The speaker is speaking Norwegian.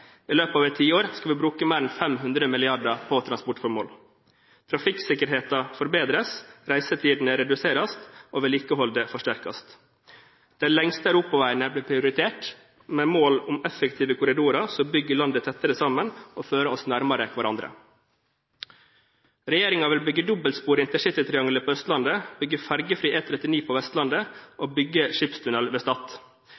I løpet av et tiår skal vi bruke mer enn 500 mrd. kr på transportformål. Trafikksikkerheten forbedres, reisetidene reduseres, og vedlikeholdet forsterkes. De lengste europaveiene blir prioritert, med mål om effektive korridorer som bygger landet tettere sammen, og fører oss nærmere hverandre. Regjeringen vil bygge dobbeltspor i intercitytrianglet på Østlandet, fergefri E39 på Vestlandet